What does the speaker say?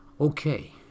Okay